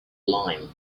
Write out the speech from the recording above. line